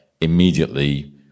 immediately